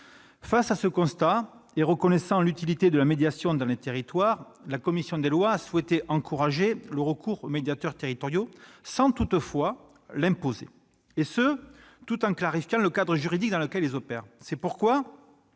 Face à ce constat, et reconnaissant l'utilité de la médiation dans les territoires, la commission des lois a souhaité encourager le recours aux médiateurs territoriaux, sans toutefois l'imposer, et ce tout en clarifiant le cadre juridique dans lequel ceux-ci opèrent. Ainsi, nous